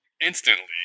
instantly